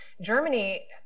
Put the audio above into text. Germany